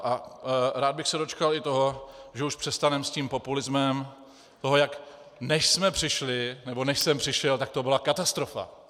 Rád bych se dočkal i toho, že už přestaneme s tím populismem, toho, jak než jsme přišli nebo než jsem přišel, tak to byla katastrofa!